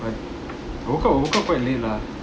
but woke up woke up quite late lah